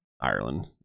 Ireland